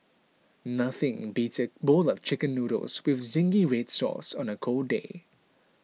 nothing beats a bowl of Chicken Noodles with Zingy Red Sauce on a cold day